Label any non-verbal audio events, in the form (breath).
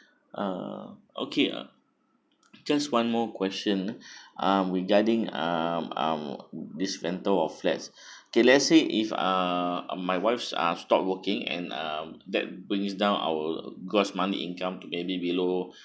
uh okay uh just one more question (breath) um regarding uh um this rental of flat okay lets say if uh my wife are stop working and uh that brings down our gross monthly income may be below